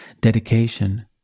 dedication